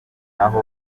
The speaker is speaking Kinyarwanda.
naho